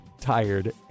tired